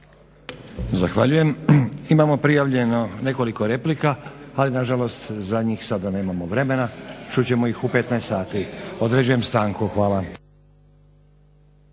Zahvaljujem. Imamo prijavljeno nekoliko replika ali nažalost za njih sada nemamo vremena. Čut ćemo ih u 15,00 sati. Određujem stanku. Hvala.